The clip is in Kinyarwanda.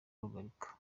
rugarika